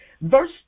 Verse